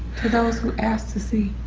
to those who ask to see.